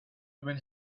upon